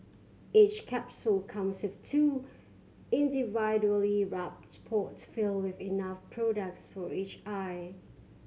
each capsule comes with two individually wrapped pods filled with enough products for each eye